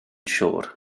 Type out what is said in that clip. siŵr